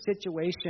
situation